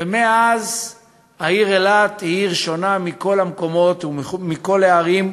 ומאז העיר אילת היא עיר שונה מכל המקומות ומכל הערים,